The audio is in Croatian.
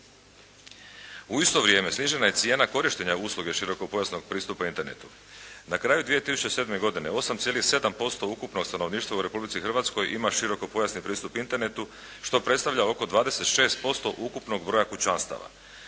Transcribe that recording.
U isto vrijeme, snižena cijena korištenja usluge širokopojasnog pristupa internetu. Na kraju 2007. godine 8,7% ukupnog stanovništva u Republici Hrvatskoj ima širokopojasni pristup internetu, što predstavlja oko 26% ukupnog broja kućanstava.